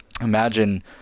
imagine